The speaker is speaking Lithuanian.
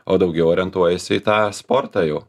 o daugiau orientuojasi į tą sportą jau